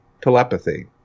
telepathy